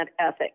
ethic